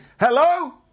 hello